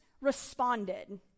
responded